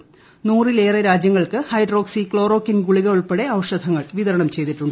ന്നൂറിലേറെ രാജ്യങ്ങൾക്ക് hydroxychloroquine ഗുളിക ഉൾപ്പെട്ട ഔഷധങ്ങൾ വിതരണം ചെയ്തിട്ടുണ്ട്